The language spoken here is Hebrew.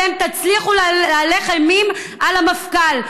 אתם תצליחו להלך אימים על המפכ"ל.